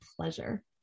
pleasure